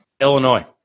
Illinois